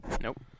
Nope